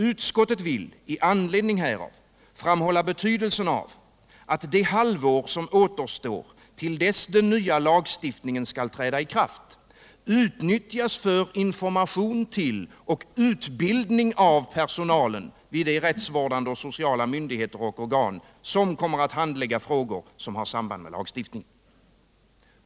Utskottet vill i anledning härav framhålla betydelsen av att det halvår som återstår till dess den nya lagstiftningen skall träda i kraft utnyttjas för information till och utbildning av personalen vid de rättsvårdande och sociala myndigheter och organ som kommer att handlägga frågor som har samband med lagstiftningen.